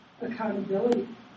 accountability